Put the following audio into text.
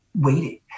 waiting